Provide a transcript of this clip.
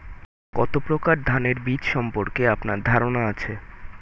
কত প্রকার ধানের বীজ সম্পর্কে আপনার ধারণা আছে?